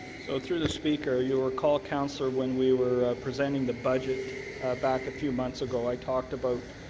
so through the speaker, you'll recall, councillor, when we were presenting the budget back a few months ago i talked about